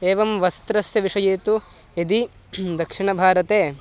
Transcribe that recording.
एवं वस्त्रस्य विषये तु यदि दक्षिणभारते